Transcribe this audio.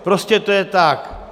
Prostě to je tak.